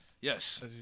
Yes